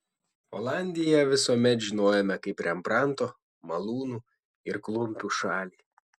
olandiją visuomet žinojome kaip rembrandto malūnų ir klumpių šalį